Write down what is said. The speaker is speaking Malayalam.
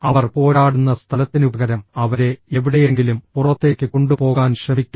അവർ പോരാടുന്ന സ്ഥലത്തിനുപകരം അവരെ എവിടെയെങ്കിലും പുറത്തേക്ക് കൊണ്ടുപോകാൻ ശ്രമിക്കുക